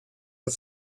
the